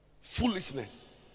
Foolishness